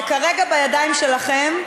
וזה כרגע בידיים שלכם.